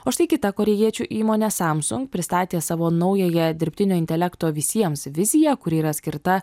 o štai kita korėjiečių įmonė samsung pristatė savo naująją dirbtinio intelekto visiems viziją kuri yra skirta